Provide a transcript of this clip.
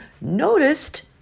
noticed